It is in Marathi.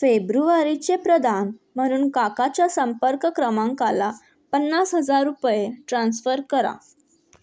फेब्रुवारीचे प्रदान म्हणून काकाच्या संपर्क क्रमांकाला पन्नास हजार रुपये ट्रान्स्फर करा